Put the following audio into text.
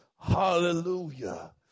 hallelujah